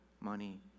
money